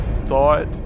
thought